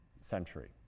century